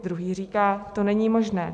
Druhý říká: to není možné.